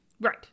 Right